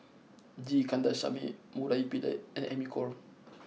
G Kandasamy Murali Pillai and Amy Khor